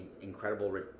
incredible